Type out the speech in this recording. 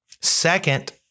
Second